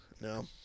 No